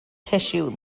tissue